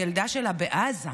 הילדה שלה בעזה,